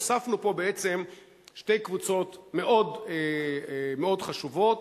הוספנו פה בעצם שתי קבוצות מאוד-מאוד חשובות: